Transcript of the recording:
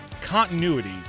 continuity